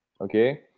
Okay